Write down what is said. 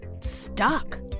stuck